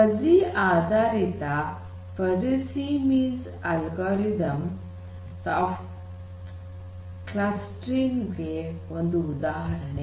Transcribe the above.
fuzzy ಆಧಾರಿತ fuzzy C means algorithms soft clustering ಗೆ ಒಂದು ಉದಾಹರಣೆ